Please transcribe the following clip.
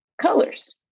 colors